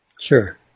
Sure